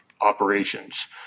operations